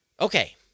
Okay